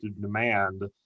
demand